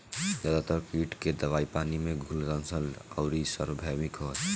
ज्यादातर कीट के दवाई पानी में घुलनशील आउर सार्वभौमिक ह?